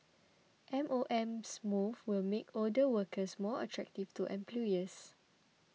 M O M moves will make older workers more attractive to employers